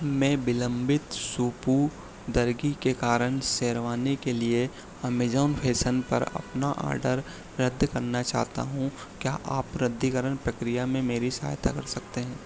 मैं विलम्बित सुपुर्दगी के कारण शेरवानी के लिए अमेज़न फैशन पर अपना ऑर्डर रद्द करना चाहता हूँ क्या आप रद्दीकरण प्रक्रिया में मेरी सहायता कर सकते हैं